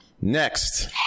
Next